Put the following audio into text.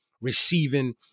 receiving